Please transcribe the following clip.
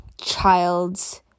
child's